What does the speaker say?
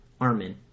Armin